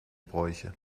bräuche